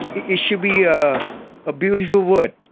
it should be a ah beautiful word,